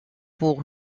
pour